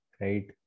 right